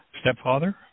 stepfather